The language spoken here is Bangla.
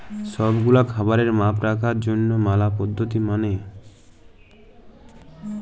সব গুলা খাবারের মাপ রাখার জনহ ম্যালা পদ্ধতি মালে